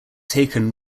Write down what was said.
taken